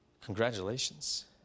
Congratulations